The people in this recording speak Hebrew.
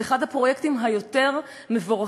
זה אחד הפרויקטים היותר-מבורכים.